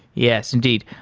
yes, indeed.